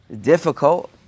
Difficult